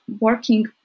working